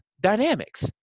dynamics